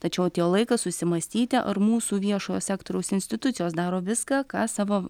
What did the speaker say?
tačiau atėjo laikas susimąstyti ar mūsų viešojo sektoriaus institucijos daro viską ką savo